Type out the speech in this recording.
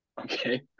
Okay